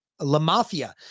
LaMafia